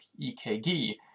EKG